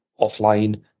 offline